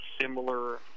similar